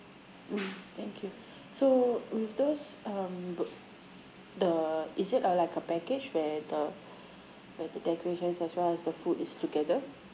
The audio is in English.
mm thank you so with those um book the is it uh like a package where the where the decorations as well as the food is together